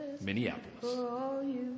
Minneapolis